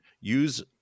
use